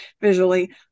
visually